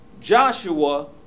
Joshua